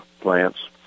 plants